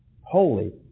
Holy